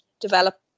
develop